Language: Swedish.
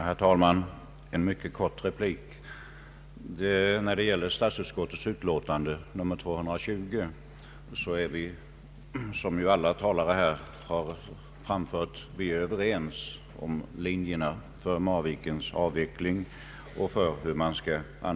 Herr talman! En mycket kort replik! När det gäller statsutskottets utlåtande nr 220 är vi som alla talare här framhållit överens om linjerna för Marvikens avveckling.